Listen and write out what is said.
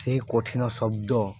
ସେହି କଠିନ ଶବ୍ଦ